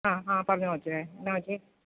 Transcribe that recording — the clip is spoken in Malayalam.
ആ ആ പറഞ്ഞോ കൊച്ചേ എന്നാ കൊച്ചേ